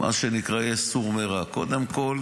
יש מה שנקרא "סור מרע" קודם כול